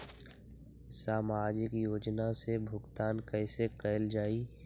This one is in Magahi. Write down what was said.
सामाजिक योजना से भुगतान कैसे कयल जाई?